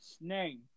name